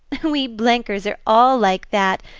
we blenkers are all like that.